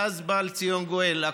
ואז בא לציון גואל.